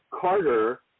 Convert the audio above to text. Carter